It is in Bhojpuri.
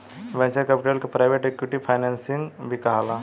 वेंचर कैपिटल के प्राइवेट इक्विटी फाइनेंसिंग भी कहाला